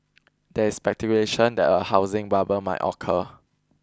there is speculation that a housing bubble may occur